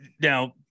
Now –